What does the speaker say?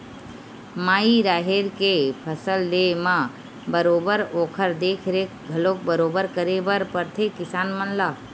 माई राहेर के फसल लेय म बरोबर ओखर देख रेख घलोक बरोबर करे बर परथे किसान मन ला